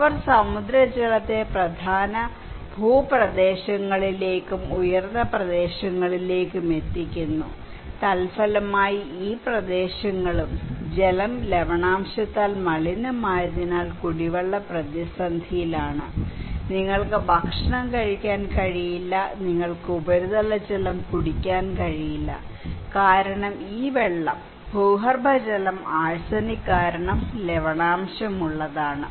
അവർ സമുദ്രജലത്തെ പ്രധാന ഭൂപ്രദേശങ്ങളിലേക്കും ഉയർന്ന പ്രദേശങ്ങളിലേക്കും എത്തിക്കുന്നു തൽഫലമായി ഈ പ്രദേശങ്ങളും ജലം ലവണാംശത്താൽ മലിനമായതിനാൽ കുടിവെള്ളം പ്രതിസന്ധിയിലാണ് നിങ്ങൾക്ക് ഭക്ഷണം കഴിക്കാൻ കഴിയില്ല നിങ്ങൾക്ക് ഉപരിതല ജലം കുടിക്കാൻ കഴിയില്ല കാരണം ഈ വെള്ളം ഭൂഗർഭജലം ആഴ്സനിക് കാരണം ലവണാംശമുള്ളതാണ്